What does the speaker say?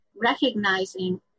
recognizing